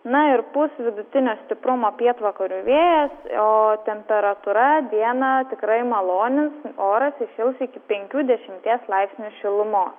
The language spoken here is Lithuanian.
na ir pūs vidutinio stiprumo pietvakarių vėjas ooo temperatūra dieną tikrai malonins oras įšils iki penkių dešimties laipsnių šilumos